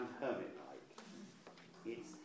hermit-like